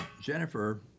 Jennifer